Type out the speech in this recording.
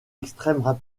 extrême